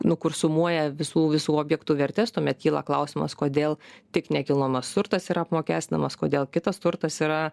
nu kur sumuoja visų visų objektų vertes tuomet kyla klausimas kodėl tik nekilnojamas turtas yra apmokestinamas kodėl kitas turtas yra